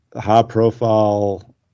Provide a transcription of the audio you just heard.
high-profile